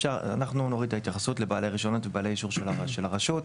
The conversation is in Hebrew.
אנחנו נוריד את ההתייחסות לבעלי רישיונות ולבעלי אישור של הרשות.